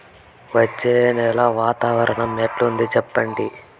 వచ్చే నెల వాతావరణం ఎట్లుంటుంది చెప్పండి?